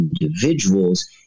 individuals